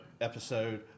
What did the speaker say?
Episode